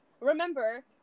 remember